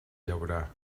llaurar